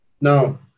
Now